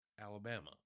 Alabama